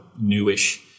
newish